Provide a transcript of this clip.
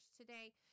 today